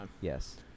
Yes